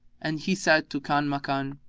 and he said to kanmakan,